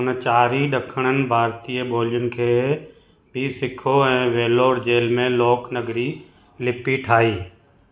हुन चार ॾखिणनि भारतीय ॿोलियुनि खे बि सिखियो ऐं वेल्लोर जेल में लोक नगरी लिपी ठाही